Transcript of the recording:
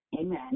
amen